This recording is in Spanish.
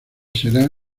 será